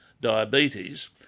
diabetes